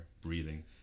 breathing